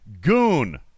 Goon